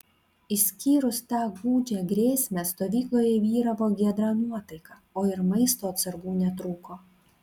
išskyrus tą gūdžią grėsmę stovykloje vyravo giedra nuotaika o ir maisto atsargų netrūko